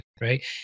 right